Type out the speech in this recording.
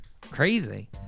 crazy